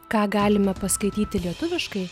ką galime paskaityti lietuviškai